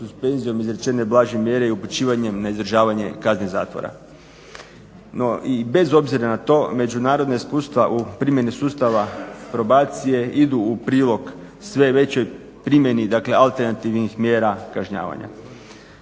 suspenzijom izrečene blaže mjere i upućivanjem na izdržavanje kazne zatvora. No i bez obzira na to međunarodna iskustva u primjeni sustava probacije idu u prilog sve većoj primjeni alternativnih mjera kažnjavanja.